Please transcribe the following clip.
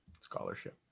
Scholarship